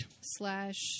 Slash